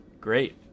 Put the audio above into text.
great